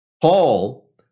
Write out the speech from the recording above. Paul